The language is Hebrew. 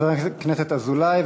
תודה, חבר הכנסת אזולאי.